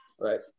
Right